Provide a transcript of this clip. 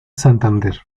santander